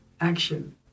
action